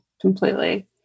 Completely